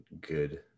good